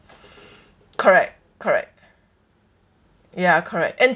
correct correct ya correct and